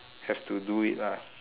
have to do it ah